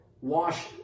wash